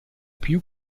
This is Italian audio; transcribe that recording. più